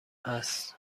است